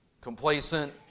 complacent